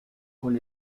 con